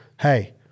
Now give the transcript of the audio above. hey